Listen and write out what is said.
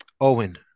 Owen